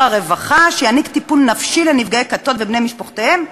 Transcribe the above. הרווחה ואשר יעניק טיפול נפשי לנפגעי כתות ובני משפחותיהם,